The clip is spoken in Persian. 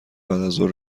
بعدازظهر